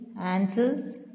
answers